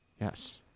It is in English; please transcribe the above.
Yes